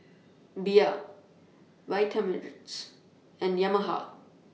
Bia Vitamix and Yamaha